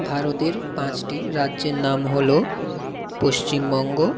ভারতের পাঁচটি রাজ্যের নাম হলো পশ্চিমবঙ্গ